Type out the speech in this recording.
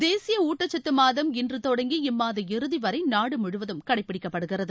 தேசிய ஊட்டச்சத்து மாதம் இன்று தொடங்கி இம்மாத இறதி வரை நாடு முழுவதும் கடைபிடிக்கப்படுகிறது